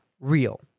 real